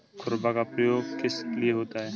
खुरपा का प्रयोग किस लिए होता है?